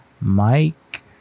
Mike